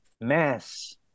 mass